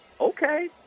okay